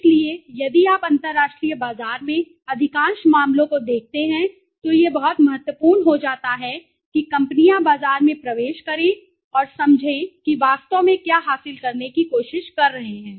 इसलिए यदि आप अंतरराष्ट्रीय बाजार में अधिकांश मामलों को देखते हैं तो यह बहुत महत्वपूर्ण हो जाता है कि कंपनियां बाजार में प्रवेश करें और समझें कि वास्तव में क्या हासिल करने की कोशिश कर रहे हैं